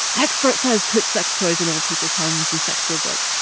expert says put sex toys in old people's homes and sex robots.